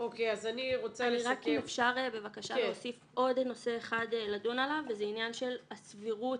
רק אם אפשר בבקשה להוסיף עוד נושא אחד לדון עליו וזה עניין של הסבירות,